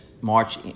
march